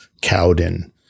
Cowden